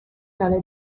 tale